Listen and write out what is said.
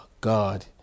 God